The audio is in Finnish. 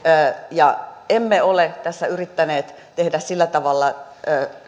emme ole tässä yrittäneet tehdä sillä tavalla